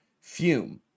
Fume